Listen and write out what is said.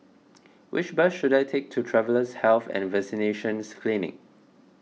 which bus should I take to Travellers' Health and Vaccination Clinic